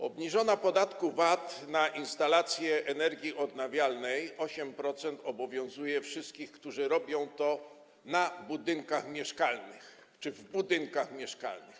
Obniżona stawka podatku VAT na instalacje energii odnawialnej, w wysokości 8%, obowiązuje wszystkich, którzy robią to na budynkach mieszkalnych czy w budynkach mieszkalnych.